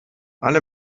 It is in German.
alle